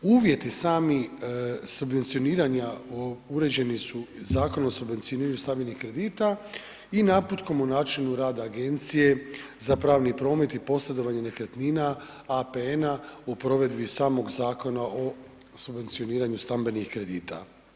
Uvjeti sami subvencioniranja uređeni su Zakonom o subvencioniranju stambenih kredita i naputkom o načinu rada Agencije za pravni promet i posredovanje nekretnina APN-a u provedbi samog Zakona o subvencioniranju stambenih kredita.